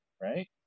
right